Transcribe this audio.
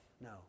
No